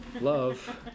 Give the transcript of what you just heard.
love